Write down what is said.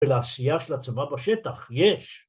‫ולעשייה של הצבא בשטח, יש.